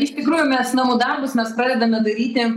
iš tikrųjų mes namų darbus mes pradedame daryti